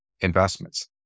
investments